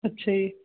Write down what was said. ਅੱਛਾ ਜੀ